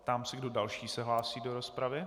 Ptám se, kdo další se hlásí do rozpravy.